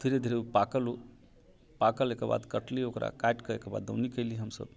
धीरे धीरे पाकल ओ पाकल एहिके बाद कटली ओकरा काटिके ओहिके बाद दौनी कयली हम सभ